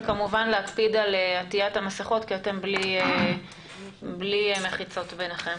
וכמובן להקפיד על עטיית המסכות כי אתם בלי מחיצות ביניכם.